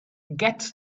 get